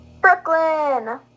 brooklyn